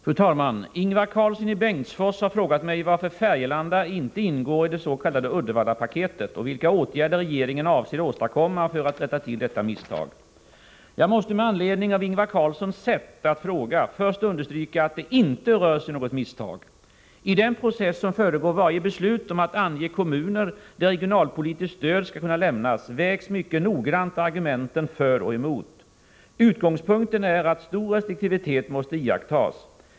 Fru talman! Ingvar Karlsson i Bengtsfors har frågat mig varför Färgelanda inte ingår i det s.k. Uddevallapaketet och vilka åtgärder regeringen avser åstadkomma för att rätta till detta misstag. Jag måste med anledning av Ingvar Karlssons sätt att fråga först understryka att det inte rör sig om något ”misstag”. I den process som föregår varje beslut om att ange kommuner där regionalpolitiskt stöd skall kunna lämnas vägs mycket noggrant argumenten för och emot. Utgångspunkten är att stor restriktivitet måste iakttas.